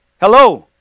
Hello